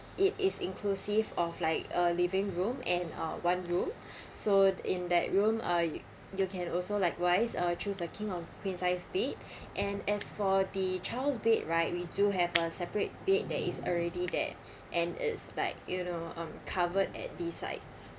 it is inclusive of like a living room and uh one room so in that room uh you you can also likewise uh choose a king or queen size bed and as for the child's bed right we do have a separate bed that is already there and it's like you know um cover at this side